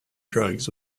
drugs